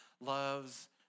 loves